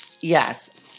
Yes